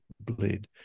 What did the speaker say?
bleed